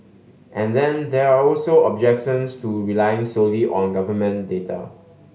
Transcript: and then there are also objections to relying solely on government data